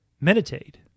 meditate